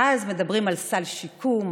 אז מדברים על סל שיקום,